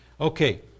Okay